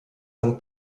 sankt